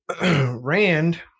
rand